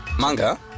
Manga